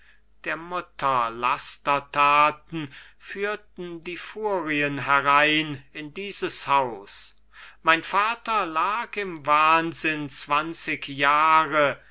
der mutter lastertaten führten die furien herein in dieses haus mein vater lag im wahnsinn zwanzig jahre